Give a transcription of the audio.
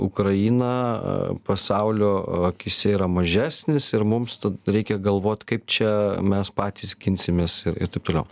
ukraina pasaulio akyse yra mažesnis ir mums ta reikia galvot kaip čia mes patys ginsimės ir ir taip toliau